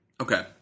Okay